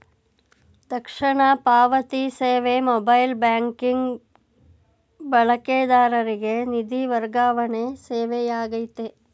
ತಕ್ಷಣ ಪಾವತಿ ಸೇವೆ ಮೊಬೈಲ್ ಬ್ಯಾಂಕಿಂಗ್ ಬಳಕೆದಾರರಿಗೆ ನಿಧಿ ವರ್ಗಾವಣೆ ಸೇವೆಯಾಗೈತೆ